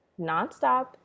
nonstop